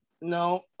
no